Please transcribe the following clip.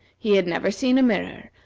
he had never seen a mirror,